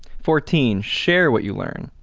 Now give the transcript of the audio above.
fourteen, share what you learn.